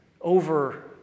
over